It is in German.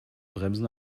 bremsen